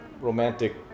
romantic